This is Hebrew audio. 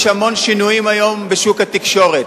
יש המון שינויים היום בשוק התקשורת,